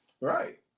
Right